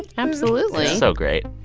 absolutely it's so great.